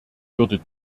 würde